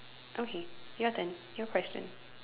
okay your turn your question